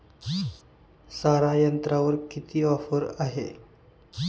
सारा यंत्रावर किती ऑफर आहे?